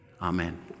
Amen